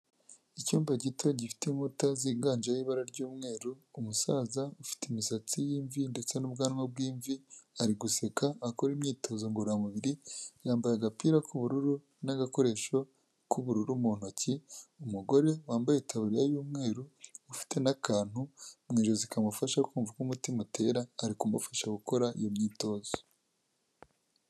Icyumba gito gifite mota ziganjemo ibara ry'umweru umusaza ufite imisatsi y'imvi ndetse n'ubwanwa bw'imvi, ari guseka akora imyitozo ngororamubiri, yambaye agapira k'ubururu n'agakoresho k'ubururu mu ntoki, umugore wambaye itaburiya y'umweru ufite n'akantu mu ijosi kamufasha kumva uko umutima utera, ari ku mufasha gukora iyo myitozo.